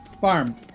Farm